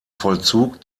vollzug